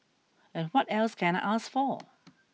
and what else can I ask for